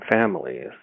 families